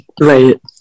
Right